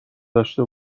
داشه